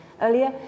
earlier